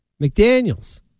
McDaniels